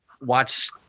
watch